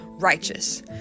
righteous